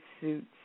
suits